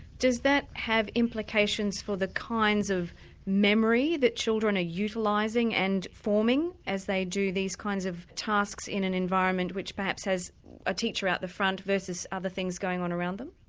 does that have implications for the kinds of memory that children are utilising and forming as they do these kinds of tasks in an environment which perhaps has a teacher out the front versus other things going on around them?